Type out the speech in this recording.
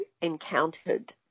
encountered